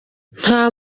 nta